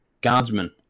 Guardsmen